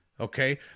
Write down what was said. Okay